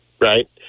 right